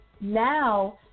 now –